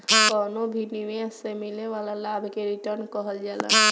कवनो भी निवेश से मिले वाला लाभ के रिटर्न कहल जाला